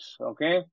okay